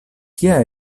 kia